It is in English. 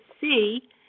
see